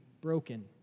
broken